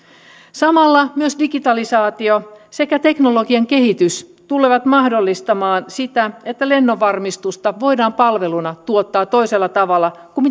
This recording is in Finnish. samalla myös digitalisaatio sekä teknologian kehitys tulevat mahdollistamaan sitä että lennonvarmistusta voidaan palveluna tuottaa toisella tavalla kuin